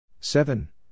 Seven